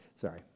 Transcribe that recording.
Sorry